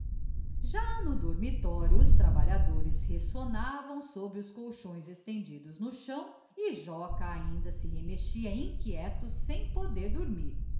já no dormitório os trabalhadores resonavam sobre os colchões estendidos no chão e joca linda se remexia inquieto sem poder dormir